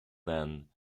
then